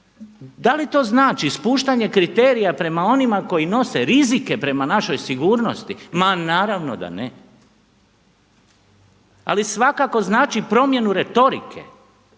Da li to znači spuštanje kriterija prema onima koji nose rizike prema našoj sigurnosti? Ma naravno da ne. Ali svakako znači promjenu retorike